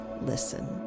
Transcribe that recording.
listen